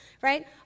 right